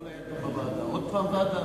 עוד פעם ועדה?